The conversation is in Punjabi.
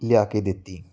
ਲਿਆ ਕੇ ਦਿੱਤੀ